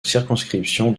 circonscription